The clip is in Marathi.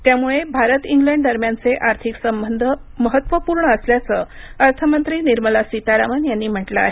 त्यामुळे भारत इंग्लंड दरम्यानचे आर्थिक संबंध महत्त्वपूर्ण असल्याचं अर्थमंत्री निर्मला सीतारामन यांनी म्हटलं आहे